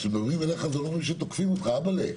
כשמדברים אליך זה לא אומר שתוקפים אותך, אבאל'ה.